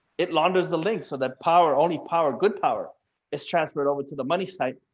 it launders the link, so that power only power, good power is transferred over to the money site,